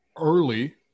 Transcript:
early